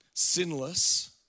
Sinless